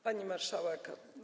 Pani Marszałek!